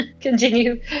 Continue